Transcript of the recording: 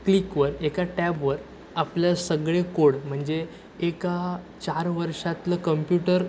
क्लिकवर एका टॅबवर आपलं सगळे कोड म्हणजे एका चार वर्षातलं कम्प्युटर